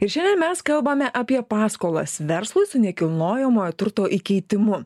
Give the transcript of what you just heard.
ir šiandien mes kalbame apie paskolas verslui su nekilnojamojo turto įkeitimu